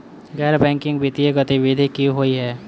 गैर बैंकिंग वित्तीय गतिविधि की होइ है?